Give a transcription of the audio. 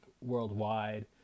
worldwide